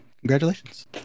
congratulations